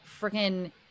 freaking